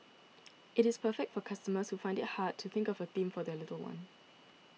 it is perfect for customers who find it hard to think of a theme for their little one